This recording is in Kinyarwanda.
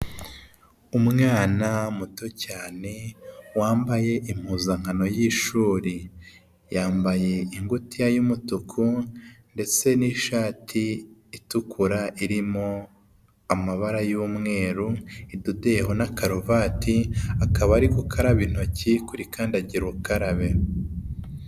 Umwana muto cyane wambaye impuzankano y'ishuri, yambaye ingutiya y'umutuku ndetse n'ishati itukura irimo amabara y'umweru, idodeyeho na karuvati, akaba ari gukaraba intoki kuri kandagira ukarabe.